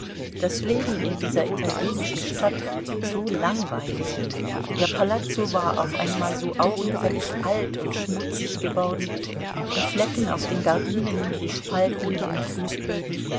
das leben in dieser italienischen stadt so langweilig der palazzo war auf einmal so augenfällig alt und schmutzig geworden die flecken auf den gardinen die spalten in den fußböden